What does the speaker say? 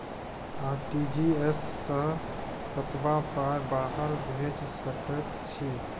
RTGS सअ कतबा पाय बाहर भेज सकैत छी?